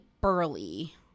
burly